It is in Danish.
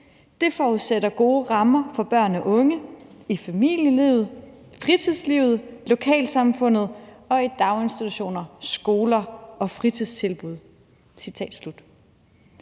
Det forudsætter gode rammer for børn og unge – i familien, fritidslivet, lokalsamfundet og i daginstitutioner, skoler og fritidstilbud.«